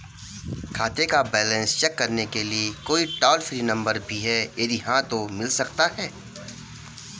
खाते का balance check करने के लिए कोई टॉल फ्री नम्बर भी है यदि हाँ तो मिल सकता है?